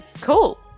Cool